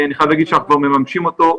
אני חייב להגיד שאנחנו כבר מממשים אותו.